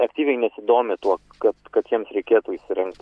aktyviai nesidomi tuo kad kad jiems reikėtų įsirengti